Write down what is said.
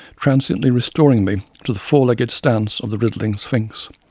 transiently restoring me to the four-limbed stance of the riddling sphinx.